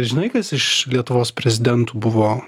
žinai kas iš lietuvos prezidentų buvo